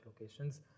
locations